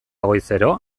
goizero